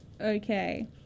Okay